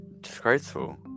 Disgraceful